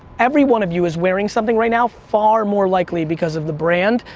every one of you is wearing something right now far more likely because of the brand,